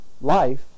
life